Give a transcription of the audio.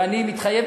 ואני מתחייב,